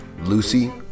Lucy